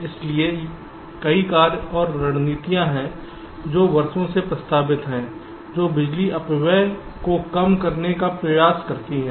इसलिए कई कार्य और रणनीतियाँ हैं जो वर्षों से प्रस्तावित हैं जो बिजली अपव्यय को कम करने का प्रयास करते हैं